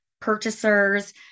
purchasers